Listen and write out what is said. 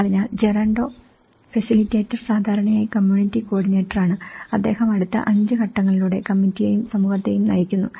അതിനാൽ Gerardo facilitator സാധാരണയായി community കോർഡിനേറ്ററാണ് അദ്ദേഹം അടുത്ത 5 ഘട്ടങ്ങളിലൂടെ കമ്മിറ്റിയെയും സമൂഹത്തെയും നയിക്കുന്നു